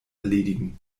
erledigen